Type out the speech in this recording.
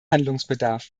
handlungsbedarf